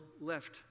left